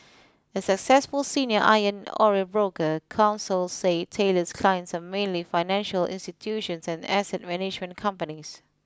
a successful senior iron ore broker counsel say Taylor's clients are mainly financial institutions and asset management companies